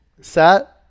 set